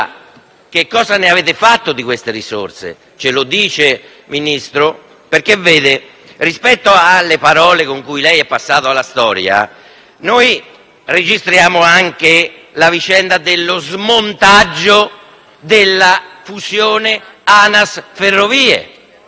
che cosa avete fatto di quelle risorse? Ce lo dice, Ministro? Vede, rispetto alle parole per le quali lei è passato alla storia, noi registriamo anche la vicenda dello smontaggio della fusione tra Anas e Ferrovie